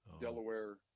Delaware